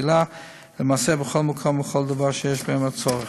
בקהילה ולמעשה בכל מקום ובכל דבר שיש בו צורך.